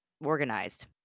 organized